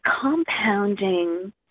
compounding